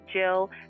Jill